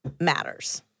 matters